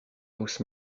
house